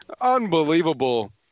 unbelievable